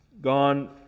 gone